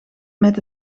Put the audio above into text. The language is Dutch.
met